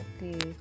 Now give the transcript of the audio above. Okay